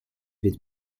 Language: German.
wird